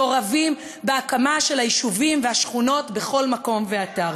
מעורבים בהקמה של היישובים והשכונות בכל מקום ואתר,